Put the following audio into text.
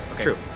True